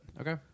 okay